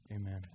Amen